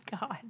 God